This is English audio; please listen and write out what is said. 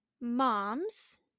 moms